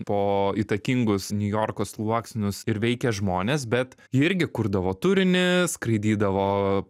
po įtakingus niujorko sluoksnius ir veikė žmones bet ji irgi kurdavo turinį skraidydavo